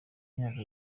myaka